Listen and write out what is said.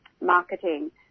marketing